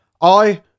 I